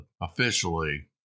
officially